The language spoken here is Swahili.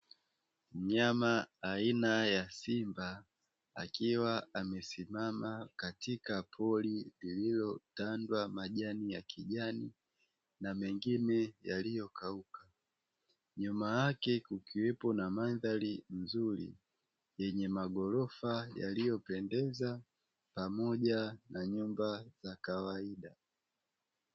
Mnyama aina ya simba akiwa amesimama katika pori lililotandwa majani ya kijani na mengine yaliokauka, nyuma yake kukiwepo na mandhari nzuri yenye maghorofa yaliyopendeza, pamoja na nyumba za kawaida.